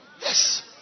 Yes